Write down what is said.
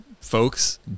Folks